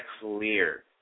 clear